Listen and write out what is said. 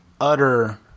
utter